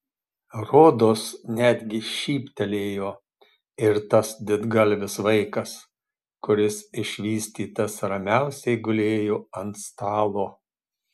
rodos netgi šyptelėjo ir tas didgalvis vaikas kuris išvystytas ramiausiai gulėjo ant stalo